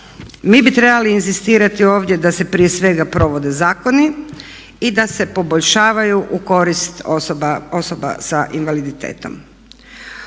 mi bi trebali inzistirati ovdje da se prije svega provode zakoni i da se poboljšavaju u korist osoba sa invaliditetom.